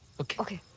okay.